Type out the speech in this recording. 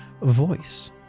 voice